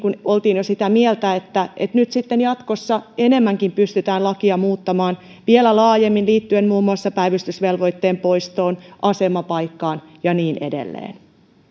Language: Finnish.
oltiin jo sitä mieltä että että nyt sitten jatkossa enemmänkin pystytään lakia muuttamaan vielä laajemmin liittyen muun muassa päivystysvelvoitteen poistoon asemapaikkaan ja niin edelleen